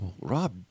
Rob